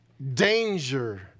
danger